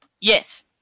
Yes